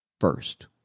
first